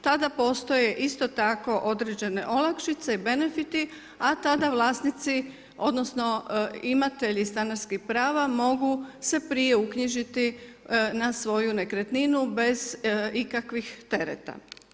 Tada postoje isto tako određene olakšice i benefiti, a tada vlasnici odnosno imatelji stanarskih prava mogu se prije uknjižiti na svoju nekretninu bez ikakvih tereta.